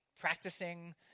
practicing